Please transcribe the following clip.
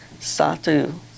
Satu